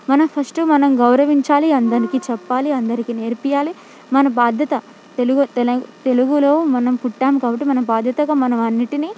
మనం ఫస్ట్ మనం గౌరవించాలి అందరికీ చెప్పాలి అందరికీ నేర్పేయాలి మన బాధ్యత తెలుగు తెలం తెలుగులో మనం పుట్టాం కాబట్టి మనం బాధ్యతగా మనం అన్నిటిని